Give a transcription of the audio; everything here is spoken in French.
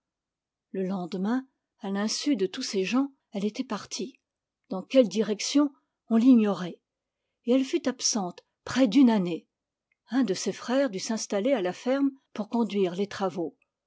le lendemain à l'insu de tous ses gens elle était partie dans quelle direction on l'ignorait et elle fut absente près d'une année un de ses frères dut s'installer à la ferme pour conduire les travaux